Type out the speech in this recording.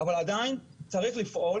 אבל עדיין צריך לפעול